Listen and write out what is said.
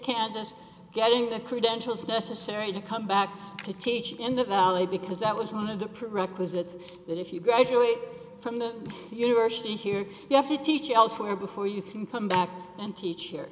kansas getting the credentials necessary to come back to teach in the valley because that was one of the prerequisites that if you graduate from the university here you have to teach elsewhere before you can come back and teach here